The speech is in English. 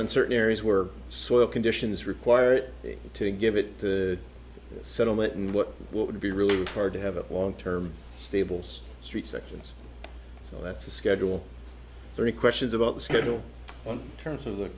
on certain areas where soil conditions require it to give it a settlement and what would be really hard to have a long term stables street sections so that's a schedule three questions about the schedule on terms of the